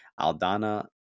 Aldana